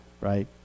Right